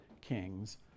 kings